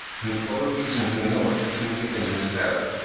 from the polar regions in the north to new zealand in the south,